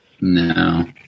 No